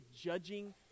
judging